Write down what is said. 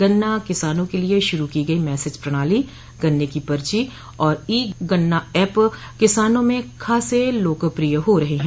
गन्ना किसानों के लिये शुरू की गई मेसेज प्रणाली गन्ने की पर्ची और ई गन्ना एप किसानों में खासे लाकप्रिय हो रहे हैं